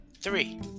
three